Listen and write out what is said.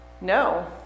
no